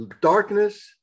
darkness